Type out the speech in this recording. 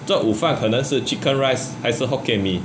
这午饭可能是 chicken rice 还是 hokkien mee